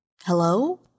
Hello